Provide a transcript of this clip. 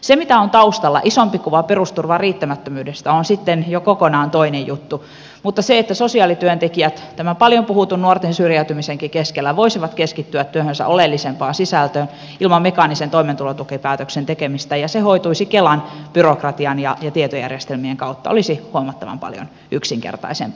se mitä on taustalla isompi kuva perusturvan riittämättömyydestä on sitten jo kokonaan toinen juttu mutta se että sosiaalityöntekijät tämän paljon puhutun nuorten syrjäytymisenkin keskellä voisivat keskittyä työnsä oleellisempaan sisältöön ilman mekaanisen toimeentulotukipäätöksen tekemistä ja se hoituisi kelan byrokratian ja tietojärjestelmien kautta olisi huomattavan paljon yksinkertaisempaa